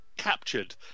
captured